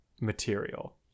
material